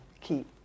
keep